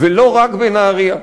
ולא רק בנהרייה.